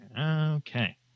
Okay